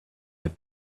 had